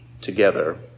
together